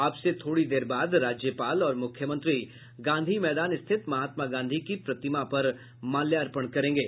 अब से थोड़ी देर बाद राज्यपाल और मुख्यमंत्री गांधी मैदान स्थित महात्मा गांधी की प्रतिमा पर माल्यार्पण करेंगे